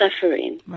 suffering